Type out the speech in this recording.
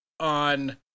on